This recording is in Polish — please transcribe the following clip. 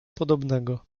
podobnego